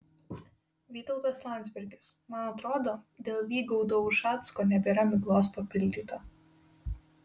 vytautas landsbergis man atrodo dėl vygaudo ušacko nebėra miglos papildyta